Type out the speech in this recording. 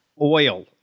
Oil